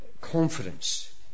confidence